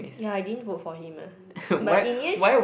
yeah I didn't vote for him ah but in the end h~